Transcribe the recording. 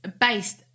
based